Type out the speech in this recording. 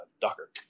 Docker